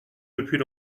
depuis